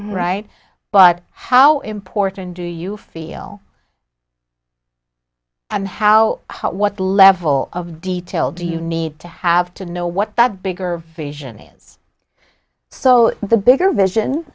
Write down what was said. right but how important do you feel and how what level of detail do you need to have to know what the bigger fish n a is so the bigger vision